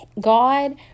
God